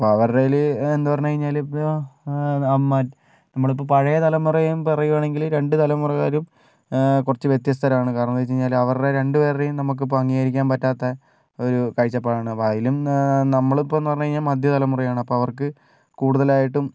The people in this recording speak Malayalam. ഇപ്പോൾ അവരുടേല് എന്ന് പറഞ്ഞു കഴിഞ്ഞാൽ ഇപ്പം മറ്റ നമ്മൾ ഇപ്പം പഴയ തലമുറയും പറയുകയാണെങ്കിൽ രണ്ടു തലമുറക്കാരും കുറച്ചു വ്യത്യസ്തരാണ് കാരണം എന്തെന്ന് വെച്ച് കഴിഞ്ഞാൽ അവരുടെ രണ്ടുപേരുടെയും നമുക്ക് ഇപ്പോൾ അംഗീകരിക്കാൻ പറ്റാത്ത ഒരു കാഴ്ചപ്പാടാണ് അതിലും നമ്മൾ ഇപ്പോഴെന്ന് പറഞ്ഞ് കഴിഞ്ഞാൽ മദ്യതലമുറയാണ് അപ്പം അവർക്ക് കൂടുതലായിട്ടും